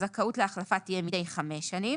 הזכאות להחלפה תהיה מדי חמש שנים